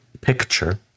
picture